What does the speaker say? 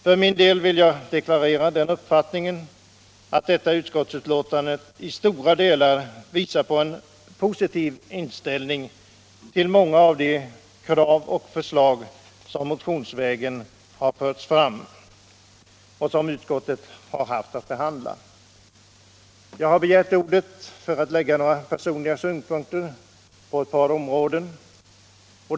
För min del vill jag deklarera den uppfattningen, att detta utskottsbetänkande i stora delar är uttryck för en positiv inställning till många av de krav och förslag som framförts i olika motioner och som utskottet haft att behandla. Jag har begärt ordet för att lägga fram några personliga synpunkter på ett par områden.